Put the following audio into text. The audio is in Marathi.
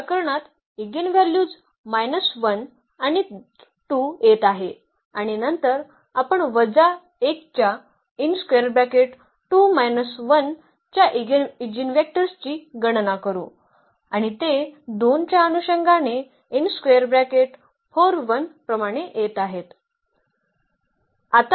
तर या प्रकरणात ईगेनव्हल्यूज 1 आणि 2 येत आहेत आणि नंतर आपण वजा 1 च्या च्या ईजीवेक्टर्सची गणना करू आणि ते 2 च्या अनुषंगाने प्रमाणे येत आहेत